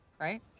right